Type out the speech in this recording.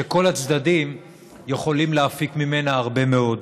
ושכל הצדדים יכולים להפיק ממנה הרבה מאוד.